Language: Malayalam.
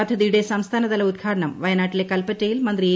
പദ്ധതിയുടെ സംസ്ഥാനതല ഉദ്ഘാടനം വയനാട്ടിലെ കൽപ്പറ്റയിൽ മന്ത്രി എ